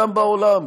גם בעולם,